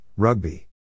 rugby